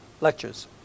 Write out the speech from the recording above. lectures